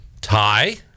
tie